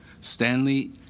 Stanley